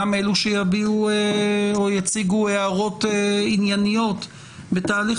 גם אלה שיביעו או יציגו הערות ענייניות בתהליך